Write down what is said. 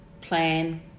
plan